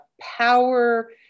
power